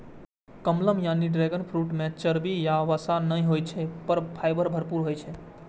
कमलम यानी dragon fruit मे चर्बी या वसा नै होइ छै, पर फाइबर भरपूर होइ छै